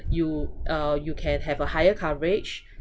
you uh you can have a higher coverage